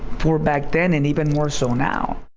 for back then and even more so now.